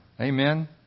Amen